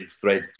thread